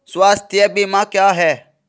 स्वास्थ्य बीमा क्या है?